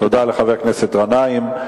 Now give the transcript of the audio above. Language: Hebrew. תודה לחבר הכנסת גנאים.